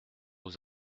aux